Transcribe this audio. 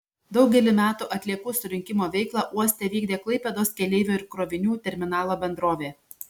daugelį metų atliekų surinkimo veiklą uoste vykdė klaipėdos keleivių ir krovinių terminalo bendrovė